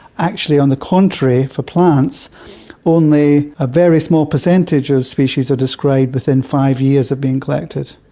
actually, on the contrary, for plants only a very small percentage of species are described within five years of being collected.